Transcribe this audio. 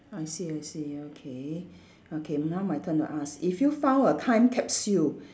I see I see okay okay now my turn to ask if you found a time capsule